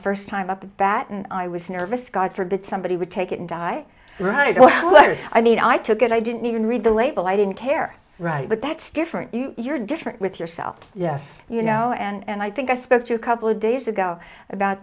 first time up the baton i was nervous god forbid somebody would take it and die right i need i took it i didn't even read the label i didn't care right but that's different you you're different with yourself yes you know and i think i spoke to a couple of days ago about